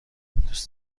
دوست